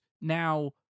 now